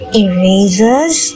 erasers